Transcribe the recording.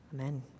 Amen